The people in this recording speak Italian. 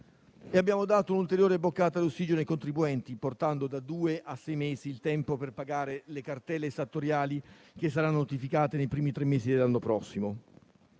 abbiamo dato un ulteriore boccata d'ossigeno ai contribuenti, portando da due a sei mesi il tempo per pagare le cartelle esattoriali che saranno notificate nei primi tre mesi dell'anno prossimo.